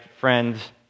friends